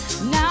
Now